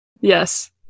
Yes